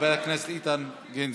חבר הכנסת איתן גינזבורג.